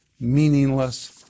meaningless